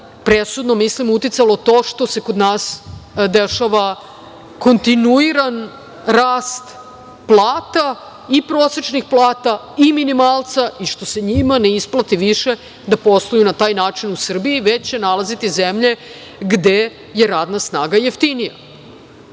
presudno mislim, uticalo to što se kod nas dešava kontinuiran rast plata i prosečnih plata i minimalca i što se njima ne isplati više da posluju na taj način u Srbiji, već će nalaziti zemlje gde je radna snaga jeftinija. Mi